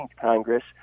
Congress